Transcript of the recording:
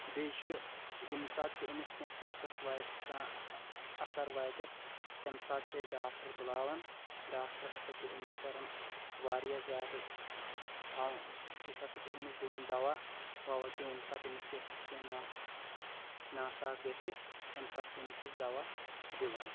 بیٚیہِ چھ ییٚمہٕ ساتہٕ تہِ أمِس کیٚنٛہہ صحتس واتہِ کانٛہہ اَثر واتٮ۪س تَمہِ ساتہٕ چھِ أسۍ ڈاکٹر بُلاوَن ڈاکٹر ہسا چھِ أمِس کَران واریاہ زیادٕ تھَوان أسۍ ہسا چھ أمِس دِوان دوا دوا کیٚنٛہہ ییٚمہِ ساتہٕ أمِس صحت کیٚنٛہہ ناساز گَژھِ تَمہِ ساتہٕ چھِ أمِس أسۍ دَوا دِوان